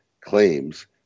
claims